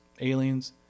aliens